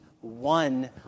one